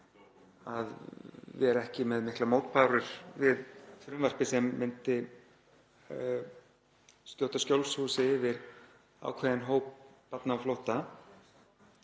að vera ekki með miklar mótbárur við frumvarpið sem myndi skjóta skjólshúsi yfir ákveðinn hóp barna á flótta,